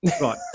Right